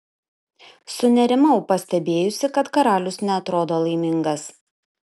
sunerimau pastebėjusi kad karalius neatrodo laimingas